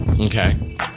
Okay